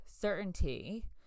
certainty